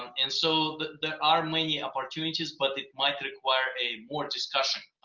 and so there are many opportunities, but it might require a more discussion.